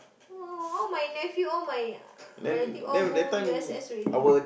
!wah! all my nephew all my relative all go U_S_S already